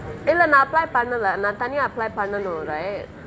இல்லே நா:illae naa apply பண்ணலே நா தனியா:pannalae naa taniyaa apply பண்ணனும்:pannanum right